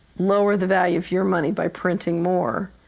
lower the value of your money by printing more.